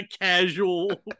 casual